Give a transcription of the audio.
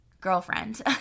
girlfriend